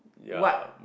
what